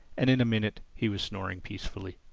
and in a minute he was snoring peacefully.